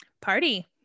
party